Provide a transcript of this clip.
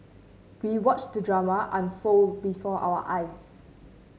we watched the drama unfold before our eyes